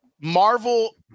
Marvel